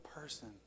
person